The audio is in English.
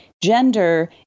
Gender